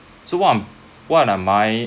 so what I'm what am I